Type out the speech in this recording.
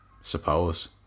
Suppose